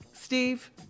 Steve